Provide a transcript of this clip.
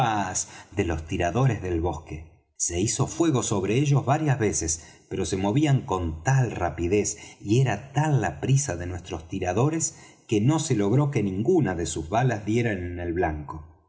de los tiradores del bosque se hizo fuego sobre ellos varias veces pero se movían con tal rapidez y era tal la prisa de nuestros tiradores que no se logró que ninguna de sus balas diera en el blanco